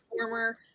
former